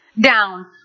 down